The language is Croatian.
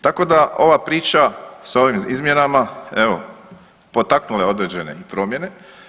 Tako da ova priča sa ovim izmjenama evo potaknula je određene promjene.